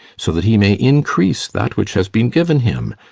so that he may increase that which has been given him,